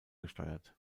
gesteuert